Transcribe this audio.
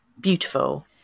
beautiful